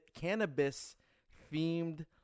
cannabis-themed